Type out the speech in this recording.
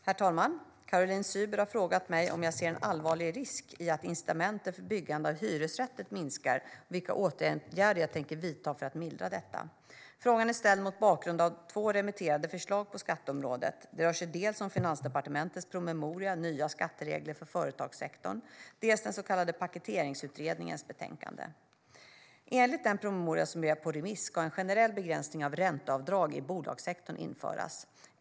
Herr talman! Caroline Szyber har frågat mig om jag ser en allvarlig risk i att incitamenten för byggandet av hyresrätter minskar och vilka åtgärder jag tänker vidta för att mildra detta. Frågan är ställd mot bakgrund av två remitterade förslag på skatteområdet. Det rör sig om dels Finansdepartementets promemoria Nya skatteregler för företagssektorn , dels den så kallade Paketeringsutredningens betänkande . Enligt den promemoria som är på remiss ska en generell begränsning av ränteavdrag i bolagssektorn införas.